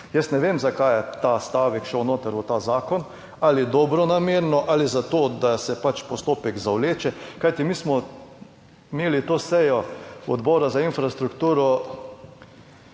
Jaz ne vem, zakaj je ta stavek šel noter v ta zakon, ali dobronamerno ali za to, da se pač postopek zavleče. Kajti mi smo imeli to sejo Odbora za infrastrukturo,